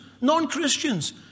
Non-Christians